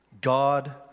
God